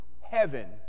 heaven